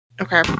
Okay